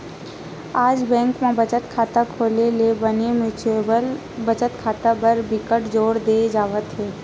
आज बेंक म बचत खाता खोले ले बने म्युचुअल बचत खाता बर बिकट जोर दे जावत हे